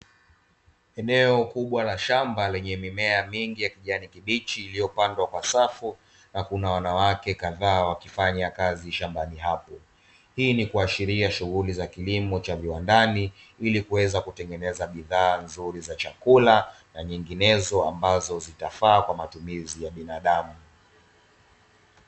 Eneo kubwa la shamba lenye mimea mingi ya kijani kibichi iliyopandwa kwa safu na kuna wanawake kadhaa wakifanya kazi shambani hapo, hii ni kuashiria shughuli za kilimo cha viwandani ili kuweza kutengeneza bidhaa nzuri za chakula na nyinginezo ambazo zitafaa kwa matumizi ya binadamu.